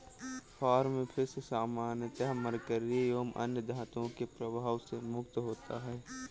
farm fish सामान्यतः mercury एवं अन्य धातुओं के प्रभाव से मुक्त होता है